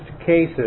cases